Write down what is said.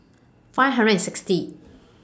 five hundred and sixty